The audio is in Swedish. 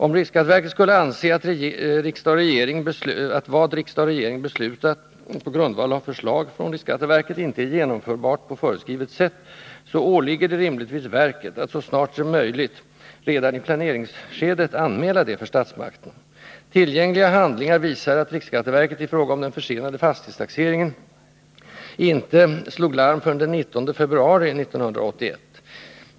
Om riksskatteverket skulle anse att vad riksdag och regering beslutat på grundval av förslag från detta verk inte är genomförbart på föreskrivet sätt, åligger det rimligtvis verket att så snart som möjligt — redan i planeringsskedet — anmäla detta för statsmakterna. Tillgängliga handlingar visar att riksskatteverket i fråga om den försenade fastighetstaxeringen inte slog larm förrän den 19 februari 1981.